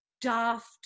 daft